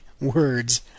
words